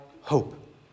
hope